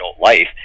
life